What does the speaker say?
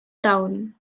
town